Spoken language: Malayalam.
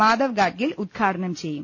മാ ധവ് ഗാഡ്ഗിൽ ഉദ്ഘാടനം ചെയ്യും